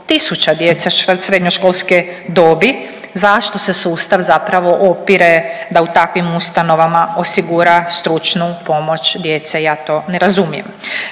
tisuća djece srednjoškolske dobi. Zašto se sustav zapravo opire da u takvim ustanovama osigura stručnu pomoć djece ja to ne razumijem.